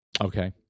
Okay